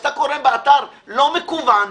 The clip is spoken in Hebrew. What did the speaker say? כשאתה קונה באתר לא מקוון,